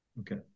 Okay